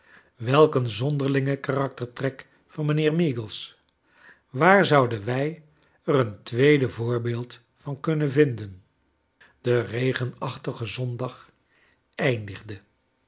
een zonderliuge karaktertrek van mijnheer meagles waar zouden wij er een tweede voorbeeld van kunnen vinden de regenachtige zondag eindigde